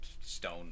stone